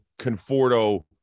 Conforto